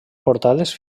portades